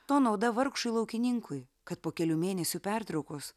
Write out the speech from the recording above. to nauda vargšui laukininkui kad po kelių mėnesių pertraukos